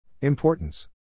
Importance